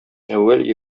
әүвәл